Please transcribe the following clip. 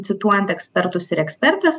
cituojant ekspertus ir ekspertes